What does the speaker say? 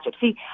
See